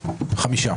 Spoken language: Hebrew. הפסקה.